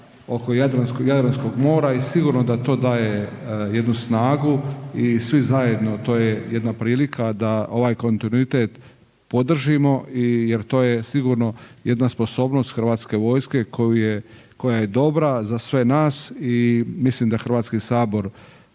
oko Jadranskog mora i sigurno da to daje jednu snagu i svi zajedno, to je jedna prilika da ovaj kontinuitet podržimo jer to je sigurno jedna sposobnost HV-a koja je dobra za sve nas i mislim da HS takav